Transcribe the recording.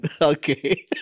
okay